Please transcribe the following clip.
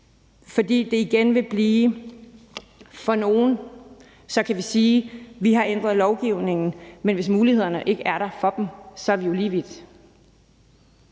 afskaffelse af rufferiparagraffen. Så kan vi sige, at vi ændrer lovgivningen, men hvis mulighederne ikke er der for dem, er vi jo lige vidt.